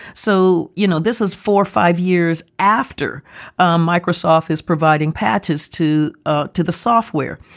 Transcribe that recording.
so, you know, this is four or five years after um microsoft is providing patches to ah to the software.